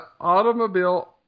automobile